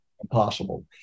impossible